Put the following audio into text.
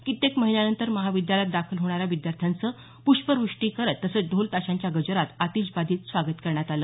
कित्येक महिन्यानंतर महाविद्यालयात दाखल होणाऱ्या विद्यार्थ्यांचं पुष्पवृष्टी करत तसंच ढोलताशांच्या गजरात आतिषबाजीत स्वागत करण्यात आलं